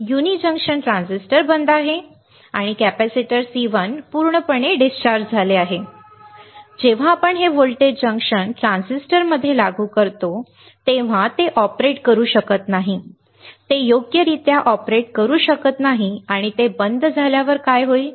युनि junction transistor बंद आहे आणि कॅपेसिटर C1 पूर्णपणे डिस्चार्ज झाले आहे बरोबर जेव्हा आपण हे व्होल्टेज जंक्शन ट्रान्झिस्टरमध्ये लागू करता तेव्हा ते ऑपरेट करू शकत नाही ते योग्यरित्या ऑपरेट करू शकत नाही आणि ते बंद झाल्यावर काय होईल